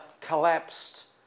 collapsed